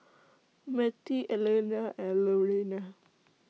Mertie Elliana and Lurena